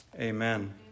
amen